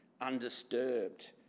undisturbed